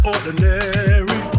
Ordinary